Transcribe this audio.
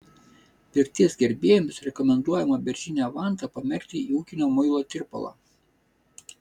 pirties gerbėjams rekomenduojama beržinę vantą pamerkti į ūkinio muilo tirpalą